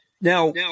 Now